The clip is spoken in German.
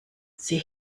sie